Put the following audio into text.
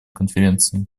конференции